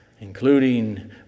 including